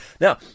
Now